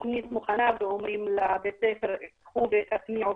תוכנית מוכנה ואומרים לבית הספר: תטמיעו,